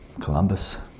Columbus